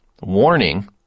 warning